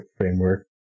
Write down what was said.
framework